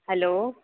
hello